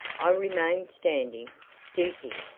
i remained standing, stooping,